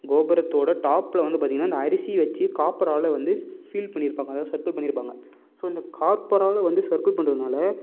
கோபுரத்தோட டாப்பில் வந்து பார்த்தீங்கன்னா இந்த அரிசி வச்சி காப்பரால் வந்து ஃபில் பண்ணியிருப்பாங்க அதாவது சர்குள் பண்ணிருப்பாங்க ஸோ இந்த காப்பரால் வந்து சர்குள் பண்ணுறதுனால